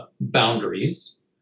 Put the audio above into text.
boundaries